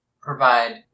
provide